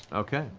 okay.